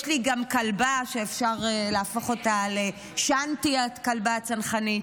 יש לי גם כלבה שאפשר להפוך אותה לשאנטי הכלבה הצנחנית.